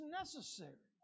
necessary